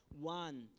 one